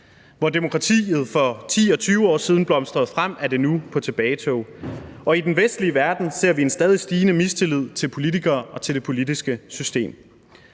Hvor demokratiet for 10 og 20 år siden blomstrede frem, er det nu på tilbagetog, og i den vestlige verden ser vi en stadig stigende mistillid til politikere og til det politiske system.